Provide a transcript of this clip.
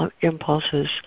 impulses